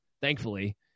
thankfully